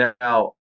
Now